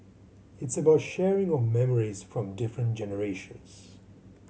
it's about sharing of memories from different generations